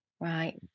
Right